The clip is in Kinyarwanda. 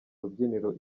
rubyiniro